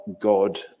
God